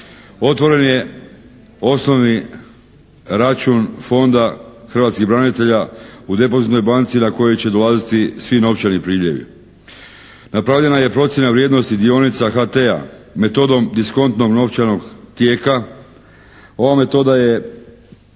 Otvoren je osnovni račun Fonda hrvatskih branitelja u depozitnoj banci na koji će dolaziti svi novčani priljevi. Napravljena je procjena vrijednosti dionica HT-a metodom diskontnog novčanog tijeka. Ova metoda